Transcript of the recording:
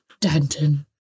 Danton